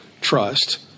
trust